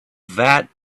vat